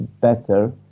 better